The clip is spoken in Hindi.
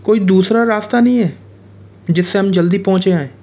कोई दूसरा रास्ता नहीं है जिससे हम जल्दी पहुँच जाएं